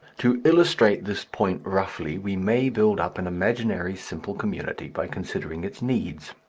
to illustrate this point roughly we may build up an imaginary simple community by considering its needs.